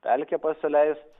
pelkę pasileisti